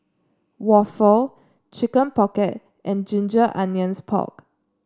waffle Chicken Pocket and Ginger Onions Pork